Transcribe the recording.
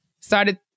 started